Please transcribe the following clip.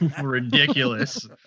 Ridiculous